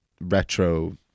retro